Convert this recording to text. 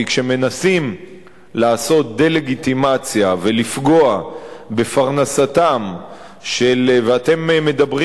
כי כשמנסים לעשות דה-לגיטימציה ולפגוע בפרנסתם של ואתם מדברים